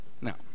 Now